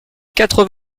quatre